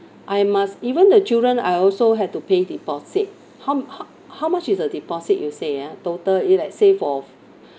I must even the children I also had to pay deposit how m~ how how much is the deposit you say ah total it let's say for